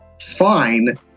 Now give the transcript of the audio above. Fine